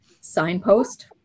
signpost